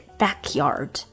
backyard